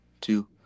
two